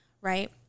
Right